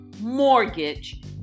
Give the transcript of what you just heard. mortgage